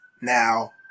Now